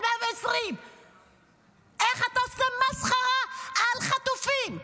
עד 120. איך אתה עושה מסחרה על חטופים?